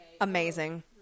Amazing